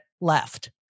left